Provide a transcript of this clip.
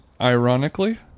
ironically